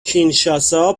کینشاسا